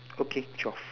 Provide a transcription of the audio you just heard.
okay twelve